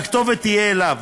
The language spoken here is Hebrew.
והכתובת תהיה אליו.